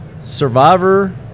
Survivor